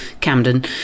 Camden